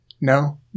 No